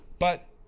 but